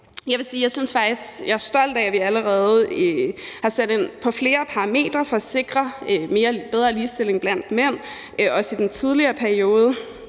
er stolt af, at vi allerede har sat ind på flere parametre for at sikre mere og bedre ligestilling for mænd, også i den tidligere